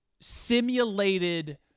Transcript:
simulated